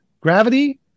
gravity